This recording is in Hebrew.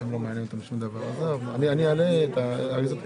שלא טעונים אישור ועדת כספים.